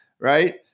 right